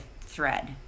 thread